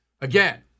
Again